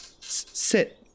sit